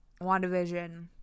WandaVision